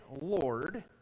Lord